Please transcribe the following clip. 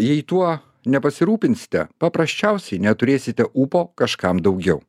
jei tuo nepasirūpinsite paprasčiausiai neturėsite ūpo kažkam daugiau